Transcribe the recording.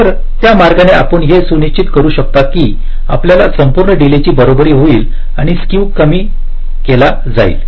तर त्या मार्गाने आपण हे सुनिश्चित करू शकता की आपला संपूर्ण डीले चि बरोबरी होईल आणि स्क्यू कमी केला जाईल